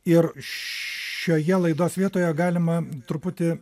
ir šioje laidos vietoje galima truputį